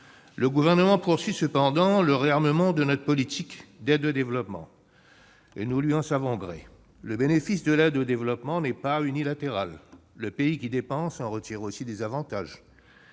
le Gouvernement poursuit le réarmement de notre politique d'aide au développement, ce dont nous lui savons gré. Le bénéfice de cette aide n'est pas unilatéral : le pays qui dépense en retire aussi des avantages.